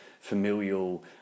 familial